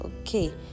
Okay